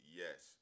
yes